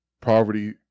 poverty